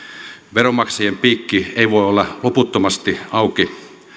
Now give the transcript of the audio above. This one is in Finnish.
veronmaksajien piikki ei voi olla loputtomasti auki